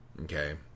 Okay